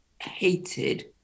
hated